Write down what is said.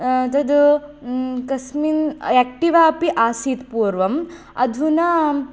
तद् कस्मिन् एक्टिवा अपि आसीत् पूर्वम् अधुना